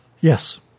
Yes